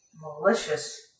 Malicious